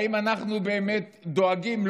האם אנחנו באמת דואגים,